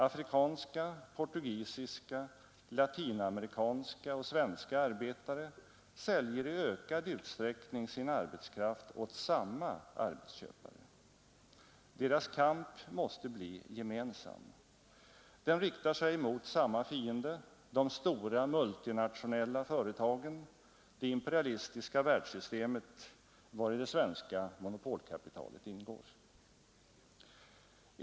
Afrikanska, portugisiska, latinamerikanska och svenska arbetare säljer i ökad utsträckning sin arbetskraft åt samma arbetsköpare. Deras kamp måste bli gemensam. Den riktar sig mot samma fiende, de stora multinationella företagen, det imperialistiska världssystemet vari det svenska monopolkapitalet ingår.